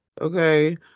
Okay